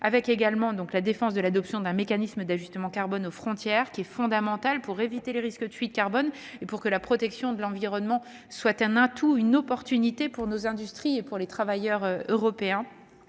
Dans ce cadre, l'adoption d'un mécanisme d'ajustement carbone aux frontières est fondamentale pour éviter les risques de fuite carbone et pour que la protection de l'environnement soit un atout et une opportunité tant pour nos industries que pour les travailleurs européens.